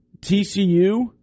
TCU